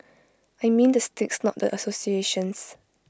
I mean the sticks not the associations